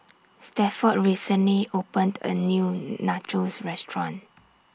Stafford recently opened A New Nachos Restaurant